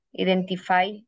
Identify